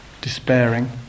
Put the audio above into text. despairing